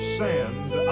sand